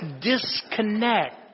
disconnect